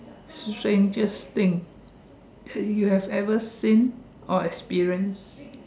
strangest thing you have ever seen or experience